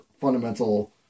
fundamental